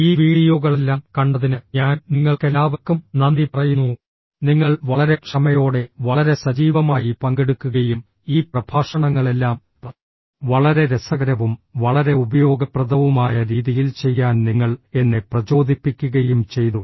ഈ വീഡിയോകളെല്ലാം കണ്ടതിന് ഞാൻ നിങ്ങൾക്കെല്ലാവർക്കും നന്ദി പറയുന്നു നിങ്ങൾ വളരെ ക്ഷമയോടെ വളരെ സജീവമായി പങ്കെടുക്കുകയും ഈ പ്രഭാഷണങ്ങളെല്ലാം വളരെ രസകരവും വളരെ ഉപയോഗപ്രദവുമായ രീതിയിൽ ചെയ്യാൻ നിങ്ങൾ എന്നെ പ്രചോദിപ്പിക്കുകയും ചെയ്തു